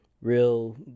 real